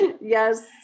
Yes